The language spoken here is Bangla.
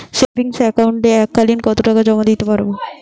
সেভিংস একাউন্টে এক কালিন কতটাকা জমা দিতে পারব?